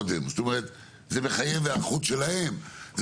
זה מחייב היערכות שלהם,